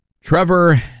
Trevor